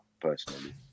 personally